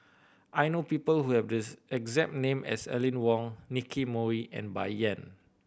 I know people who have the exact name as Aline Wong Nicky Moey and Bai Yan